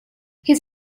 his